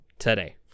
Today